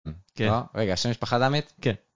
כן. רגע. שם משפחה ל'? כן